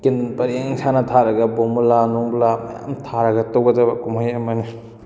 ꯇꯤꯟ ꯄꯔꯦꯡ ꯁꯥꯅꯥ ꯊꯥꯔꯒ ꯕꯣꯝꯕꯨꯂꯥ ꯅꯣꯡꯕꯨꯂꯥ ꯃꯌꯥꯝ ꯊꯥꯔꯒ ꯇꯧꯒꯗꯕ ꯀꯨꯝꯍꯩ ꯑꯃꯅꯤ